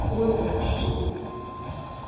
हुन्छ हु